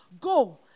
Go